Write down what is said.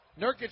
Nurkic